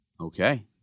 Okay